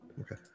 Okay